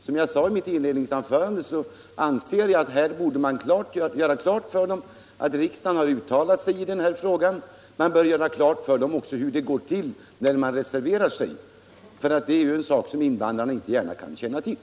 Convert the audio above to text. Som jag sade i milt inledningsanförande anser jag att man borde göra klart för dem att riksdagen har uttalat sig i denna fråga. Man borde också göra klart för dem hur det går till när mån reserverar sig - det är en sak som invandrarna inte gärna kan känna till.